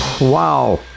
Wow